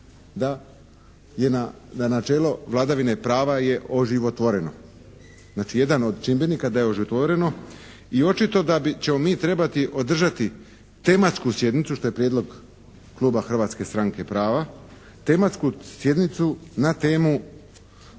da je načelo vladavine prava oživotvoreno. Znači, jedan od čimbenika da je oživotvoreno i očito da ćemo mi trebati održati tematsku sjednicu što je prijedlog Kluba Hrvatske stranke prava, tematsku sjednicu na temu